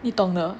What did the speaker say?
你懂的